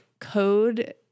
code